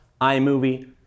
iMovie